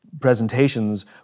presentations